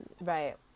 Right